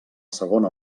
segona